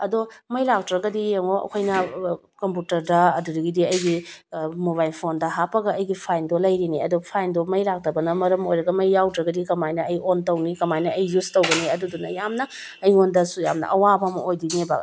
ꯑꯗꯣ ꯃꯩ ꯂꯥꯛꯇ꯭ꯔꯒꯗꯤ ꯌꯦꯡꯉꯣ ꯑꯩꯈꯣꯏꯅ ꯀꯝꯄꯨꯇꯔꯗ ꯑꯗꯨꯗꯒꯤꯗꯤ ꯑꯩꯒꯤ ꯃꯣꯕꯥꯏꯜ ꯐꯣꯟꯗ ꯍꯥꯞꯄꯒ ꯑꯩꯒꯤ ꯐꯥꯏꯟꯗꯣ ꯂꯩꯔꯤꯅꯦ ꯑꯗꯣ ꯐꯥꯏꯟꯗꯣ ꯃꯩ ꯂꯥꯛꯇꯕꯅ ꯃꯔꯝ ꯑꯣꯏꯔꯒ ꯃꯩ ꯌꯥꯎꯗ꯭ꯔꯒꯗꯤ ꯀꯃꯥꯏꯅ ꯑꯩ ꯑꯣꯟ ꯇꯧꯅꯤ ꯀꯃꯥꯏꯅ ꯑꯩ ꯌꯨꯁ ꯇꯧꯒꯅꯤ ꯑꯗꯨꯗꯨꯅ ꯌꯥꯝꯅ ꯑꯩꯉꯣꯟꯗꯁꯨ ꯌꯥꯝꯅ ꯑꯋꯥꯕ ꯑꯃ ꯑꯣꯏꯗꯣꯏꯅꯦꯕ